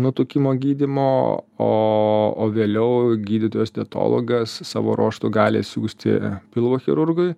nutukimo gydymo o o vėliau gydytojas dietologas savo ruožtu gali siųsti pilvo chirurgui